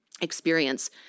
experience